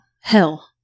hell